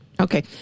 Okay